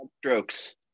Strokes